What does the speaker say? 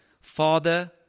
Father